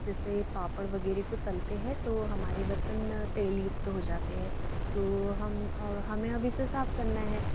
जैसे पापड़ वग़ैरह को तलते हैं तो हमारे बर्तन तेलयुक्त हो जाते हैं तो हम हमें अब इसे साफ़ करना है